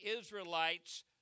Israelites